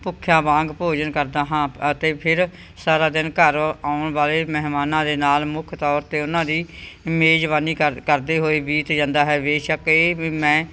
ਭੁੱਖਿਆਂ ਵਾਂਗ ਭੋਜਨ ਕਰਦਾ ਹਾਂ ਅਤੇ ਫਿਰ ਸਾਰਾ ਦਿਨ ਘਰ ਆਉਣ ਵਾਲੇ ਮਹਿਮਾਨਾਂ ਦੇ ਨਾਲ ਮੁੱਖ ਤੌਰ 'ਤੇ ਉਨ੍ਹਾਂ ਦੀ ਮੇਜ਼ਬਾਨੀ ਕ ਕਰਦੇ ਹੋਏ ਬੀਤ ਜਾਂਦਾ ਹੈ ਬੇਸ਼ੱਕ ਇਹ ਵ ਮੈਂ